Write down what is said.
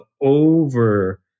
over